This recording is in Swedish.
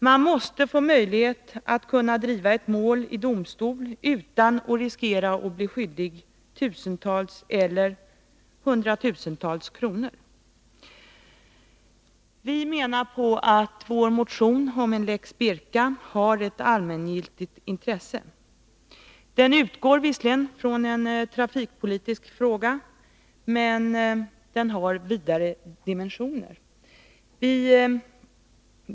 Man måste få möjlighet att driva ett mål i domstol utan att behöva riskera att bli skyldig tusentals eller hundratusentals kronor. Vi menar att vår motion om en lex Birka har ett allmängiltigt intresse. Den utgår visserligen ifrån en trafikpolitisk fråga, men den har vidare dimensioner.